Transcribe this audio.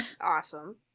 Awesome